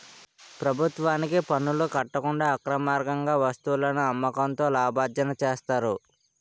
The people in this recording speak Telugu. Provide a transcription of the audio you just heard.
ప్రభుత్వానికి పనులు కట్టకుండా అక్రమార్గంగా వస్తువులను అమ్మకంతో లాభార్జన చేస్తారు